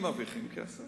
אם מרוויחים כסף